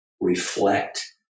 reflect